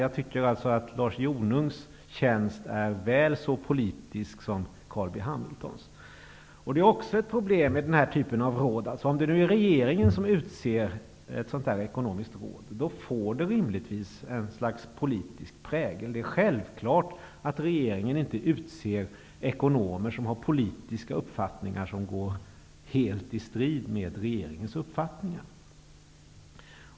Jag tycker att Lars Jonungs tjänst är väl så politisk som Carl B Hamiltons. Om nu regeringen utser ett ekonomiskt råd får det rimligtvis ett slags politisk prägel. Det är självklart att regeringen inte utser ekonomer som har politiska uppfattningar som står helt i strid med regeringens uppfattning.